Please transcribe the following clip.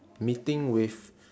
meeting with